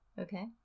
Okay